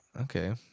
Okay